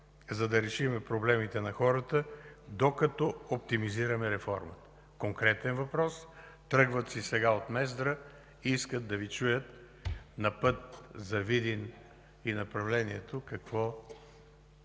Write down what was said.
за да решим проблемите на хората докато оптимизираме реформата? Конкретен въпрос. Тръгват си сега от Мездра и искат да чуят на път за Видин и направлението какво